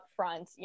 upfront